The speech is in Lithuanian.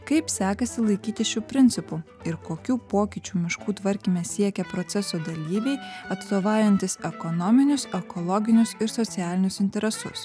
kaip sekasi laikytis šių principų ir kokių pokyčių miškų tvarkyme siekia proceso dalyviai atstovaujantys ekonominius ekologinius ir socialinius interesus